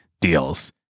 deals